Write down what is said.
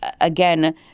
again